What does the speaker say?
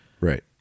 Right